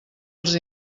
els